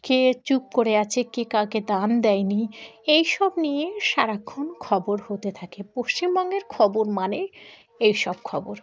কে চুপ করে আছে কে কাকে দান দেয়নি এই সব নিয়ে সারাক্ষণ খবর হতে থাকে পশ্চিমবঙ্গের খবর মানে এইসব খবর